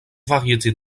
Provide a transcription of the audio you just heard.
variétés